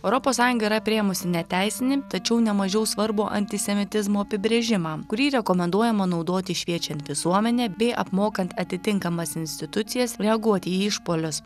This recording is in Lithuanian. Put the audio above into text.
europos sąjunga yra priėmusi neteisinį tačiau nemažiau svarbų antisemitizmo apibrėžimą kurį rekomenduojama naudoti šviečiant visuomenę bei apmokant atitinkamas institucijas reaguoti į išpuolius